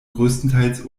größtenteils